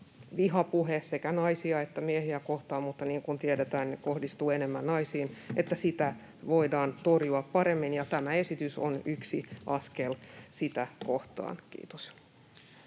vihapuhetta — sekä naisia että miehiä kohtaan, mutta niin kuin tiedetään, ne kohdistuvat enemmän naisiin — voidaan torjua paremmin, ja tämä esitys on yksi askel sitä kohti. — Kiitos.